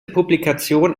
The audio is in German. publikation